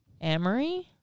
Amory